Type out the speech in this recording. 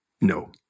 No